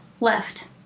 left